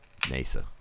NASA